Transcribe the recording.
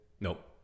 Nope